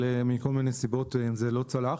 אבל מכל מיני סיבות זה לא צלח.